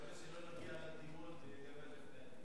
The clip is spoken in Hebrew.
אני מקווה שחבר הכנסת חיים כץ יקיים את זה.